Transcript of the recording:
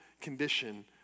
condition